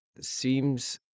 seems